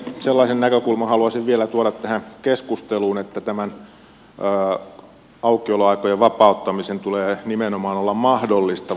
sellaisen näkökulman haluaisin vielä tuoda tähän keskusteluun että tämän aukioloaikojen vapauttamisen tulee nimenomaan olla mahdollistava